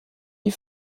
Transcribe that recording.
die